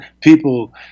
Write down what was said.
people